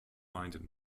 minded